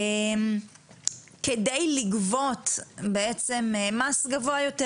כדי לגבות מס גבוה יותר.